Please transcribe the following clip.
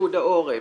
פיקוד העורף,